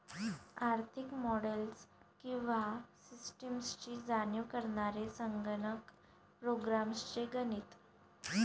आर्थिक मॉडेल्स किंवा सिस्टम्सची जाणीव करणारे संगणक प्रोग्राम्स चे गणित